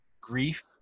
grief